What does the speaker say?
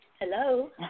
Hello